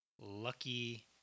Lucky